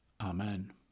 Amen